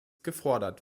gefordert